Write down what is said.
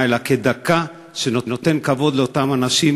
אלא כדקה שנותנת כבוד לאותם אנשים,